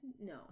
No